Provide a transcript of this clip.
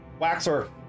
Waxer